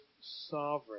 sovereign